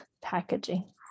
packaging